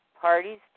parties